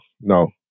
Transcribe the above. no